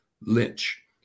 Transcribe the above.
Lynch